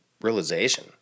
realization